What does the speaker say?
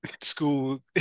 school